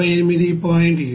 75 193